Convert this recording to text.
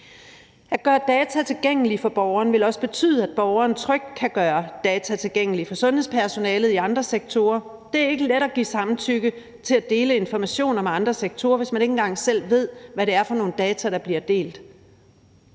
At gøre data tilgængelige for borgeren vil også betyde, at borgeren trygt kan gøre data tilgængelige for sundhedspersonalet i andre sektorer. Det er ikke let at give samtykke til at dele informationer med andre sektorer, hvis man ikke engang selv ved, hvad det er for nogle data, der bliver delt.